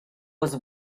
was